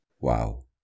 Wow